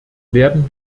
werden